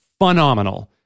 phenomenal